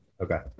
okay